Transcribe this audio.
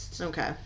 Okay